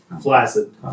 Flaccid